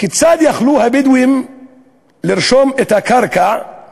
כיצד יכלו הבדואים לרשום את הקרקע אם